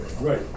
Right